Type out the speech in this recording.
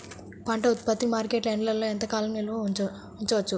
పంట ఉత్పత్తిని మార్కెట్ యార్డ్లలో ఎంతకాలం నిల్వ ఉంచవచ్చు?